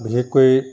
বিশেষকৈ